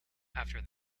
after